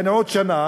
יעני עוד שנה,